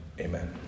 amen